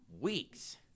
weeks